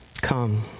Come